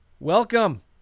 Welcome